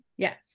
Yes